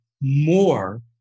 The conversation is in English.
more